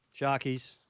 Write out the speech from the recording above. Sharkies